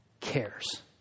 cares